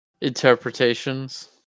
Interpretations